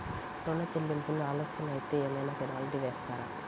ఋణ చెల్లింపులు ఆలస్యం అయితే ఏమైన పెనాల్టీ వేస్తారా?